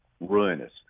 ruinous